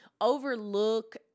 overlook